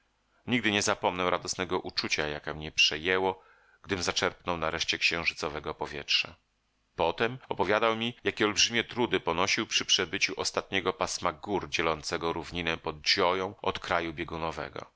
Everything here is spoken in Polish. nigdy nie zapomnę radosnego uczucia jakie mnie przejęło gdym zaczerpnął nareszcie księżycowego powietrza potem opowiadał mi jakie olbrzymie trudy ponosił przy przebyciu ostatniego pasma gór dzielącego równinę pod gioją od kraju